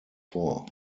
vor